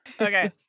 Okay